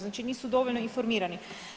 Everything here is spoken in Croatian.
Znači nisu dovoljno informirani.